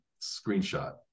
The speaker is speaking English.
screenshot